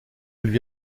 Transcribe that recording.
lui